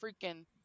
freaking